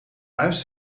huis